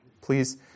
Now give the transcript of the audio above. Please